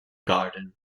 garden